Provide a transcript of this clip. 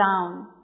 down